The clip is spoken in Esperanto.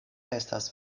estas